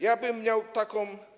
Ja bym miał taką.